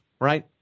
right